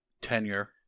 Tenure